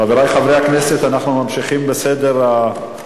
חברי חברי הכנסת, אנחנו ממשיכים בסדר-היום.